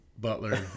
Butler